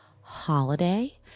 holiday